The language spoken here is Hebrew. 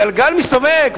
גלגל מסתובב.